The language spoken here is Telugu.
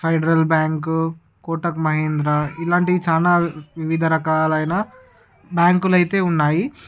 హైడ్రిల్ బ్యాంకు కోటక్ మహీంద్రా ఇలాంటివి చాలా వివిధ రకాలైన బ్యాంకులైతే ఉన్నాయి